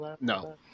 No